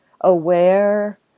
aware